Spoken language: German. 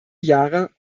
jahre